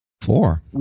Four